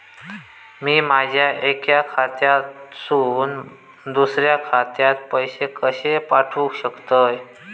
मी माझ्या एक्या खात्यासून दुसऱ्या खात्यात पैसे कशे पाठउक शकतय?